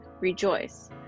rejoice